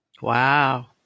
Wow